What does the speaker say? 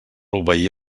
obeir